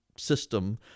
system